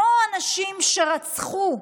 לא אנשים שרצחו,